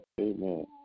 Amen